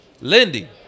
Lindy